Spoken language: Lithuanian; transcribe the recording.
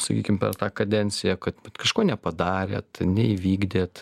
sakykim per tą kadenciją kad kažko nepadarėt neįvykdėt